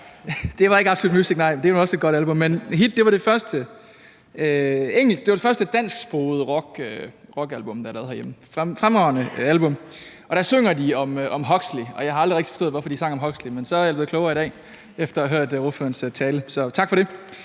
Det var ikke Absolute Music , nej, men det er nu også et godt album. Men »HIP« var det første dansksprogede rockalbum, der er lavet herhjemme – fremragende album. Der synger de om Aldous Huxley, og jeg har aldrig rigtig forstået, hvorfor de sang om Aldous Huxley, men jeg er blevet klogere i dag efter at have hørt ordførerens tale, så tak for det.